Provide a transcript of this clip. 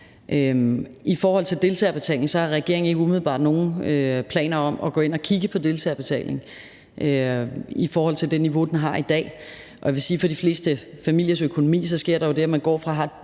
I forhold til deltagerbetalingen har regeringen ikke umiddelbart nogen planer om at gå ind og kigge på den med det niveau, den har i dag. Og jeg vil sige, at der med hensyn til de fleste familiers økonomi jo sker det, at man går fra at